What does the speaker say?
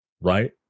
right